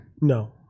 No